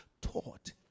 taught